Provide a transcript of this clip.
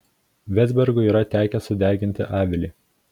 vezbergui yra tekę sudeginti avilį